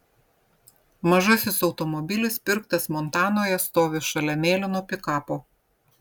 mažasis automobilis pirktas montanoje stovi šalia mėlyno pikapo